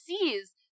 sees